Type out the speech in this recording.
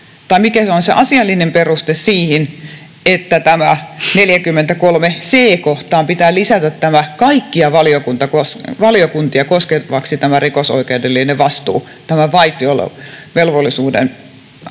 tai mikä on se asiallinen peruste siihen, että tähän 43 c §:ään pitää lisätä kaikkia valiokuntia koskevaksi tämä rikosoikeudellinen vastuu vaitiolovelvollisuuden